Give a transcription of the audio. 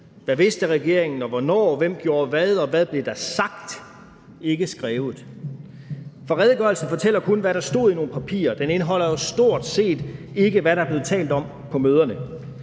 Hvad vidste regeringen og hvornår? Hvem gjorde hvad, og hvad blev der sagt, ikke skrevet? For redegørelsen fortæller kun, hvad der stod i nogle papirer. Den indeholder jo stort set ikke noget om, hvad der er blevet talt om på møderne.